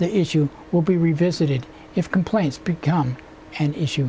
the issue will be revisited if complaints become an issue